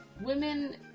women